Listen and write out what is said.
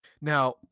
Now